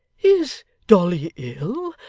is dolly ill?